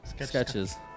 sketches